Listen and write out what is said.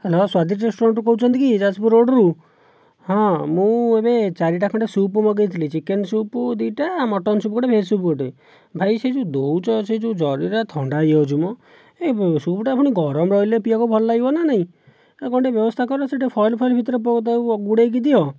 hello ସ୍ଵାଦିଷ୍ଟ ରେଷ୍ଟୁରାଣ୍ଟରୁ କହୁଛନ୍ତି କି ଯାଜପୁର ରୋଡ୍ରୁ ହଁ ମୁଁ ଏବେ ଚାରିଟା ଖଣ୍ଡେ ସୁପ୍ ମଗାଇଥିଲି ଚିକେନ୍ ସୁପ୍ ଦୁଇଟା ମଟନ୍ ସୁପ୍ ଗୋଟିଏ ଭେଜ୍ ସୁପ୍ ଗୋଟିଏ ଭାଇ ସେହି ଯେଉଁ ଦେଉଛ ସେ ଯେଉଁ ଜରିରେ ଥଣ୍ଡା ହୋଇ ଯାଉଛି ମ ସୁପ୍ଟା ପୁଣି ଗରମ ରହିଲେ ପିଇବାକୁ ଭଲ ଲାଗିବନା ନାହିଁ ଆଉ କ'ଣ ଟିକିଏ ବ୍ୟବସ୍ଥା କର ସେଇଟା ଫଏଲ୍ ଫଏଲ୍ ଭିତରେ ତାକୁ ଗୁଡ଼ାଇକି ଦିଅ